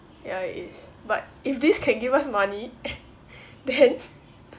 ya it is but if this can give us money then